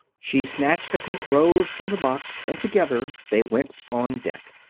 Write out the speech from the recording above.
she snatched a pink rose from the box, and together they went on deck.